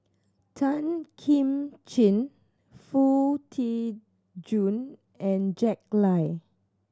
Tan Kim Ching Foo Tee Jun and Jack Lai